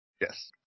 Yes